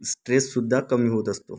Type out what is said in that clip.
stress सुद्धा कमी होत असतो